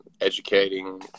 educating